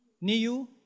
Niu